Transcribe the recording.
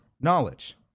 knowledge